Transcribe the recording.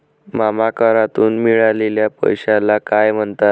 मामा करातून मिळालेल्या पैशाला काय म्हणतात?